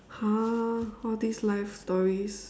!huh! all these life stories